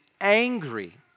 angry